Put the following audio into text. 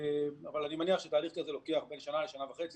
אבל אני מניח שהליך כזה לוקח בין שנה לשנה וחצי,